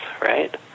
right